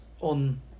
on